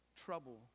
trouble